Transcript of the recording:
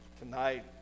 Tonight